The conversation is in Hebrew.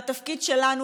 והתפקיד שלנו,